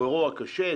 הוא אירוע קשה,